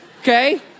okay